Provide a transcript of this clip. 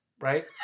right